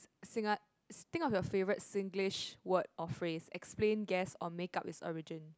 Singa~ think of your favorite Singlish word or phrase explain guess or make up it's origin